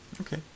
okay